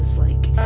like,